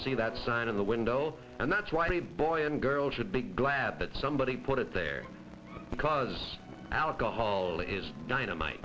see that sign in the window and that's why the boy and girl should be glad that somebody put it there because alcohol is dynamite